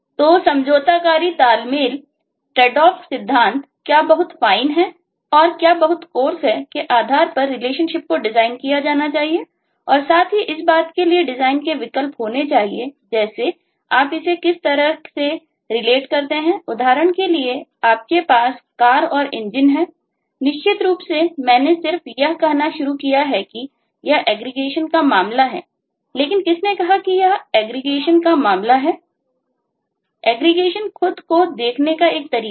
तो समझौताकारी तालमेलट्रेड ऑफ खुद को देखने का एक तरीका है